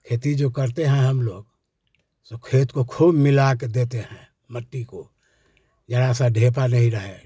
खेती जो करते हैं हम लोग सो खेत को खूब मिला के देते हैं मट्टी को ज़रा सा ढेपा नहीं रहे